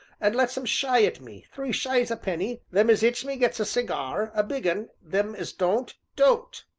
and lets em shy at me three shies a penny them as its me gets a cigar a big un them as don't don't!